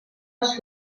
les